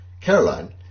Caroline